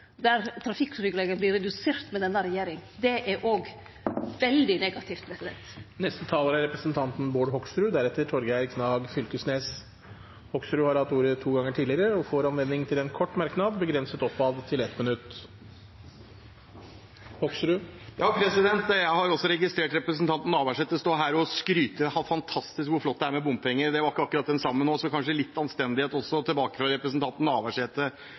der trafikktryggleiken vert redusert med denne regjeringa. Det er òg veldig negativt. Representanten Bård Hoksrud har hatt ordet to ganger tidligere og får ordet til en kort merknad, begrenset til 1 minutt. Jeg har også registrert representanten Navarsete stå her og skryte av hvor fantastisk og hvor flott det er med bompenger. Det var ikke akkurat det samme nå, så kanskje litt anstendighet også tilbake fra representanten Navarsete